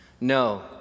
No